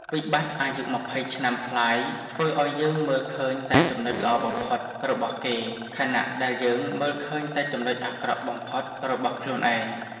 វិបត្តិអាយុ២០ឆ្នាំប្លាយធ្វើឱ្យយើងមើលឃើញតែ "ចំណុចល្អបំផុត" របស់គេ ខណៈដែលយើងមើលឃើញតែ "ចំណុចអាក្រក់បំផុត" របស់ខ្លួនឯង។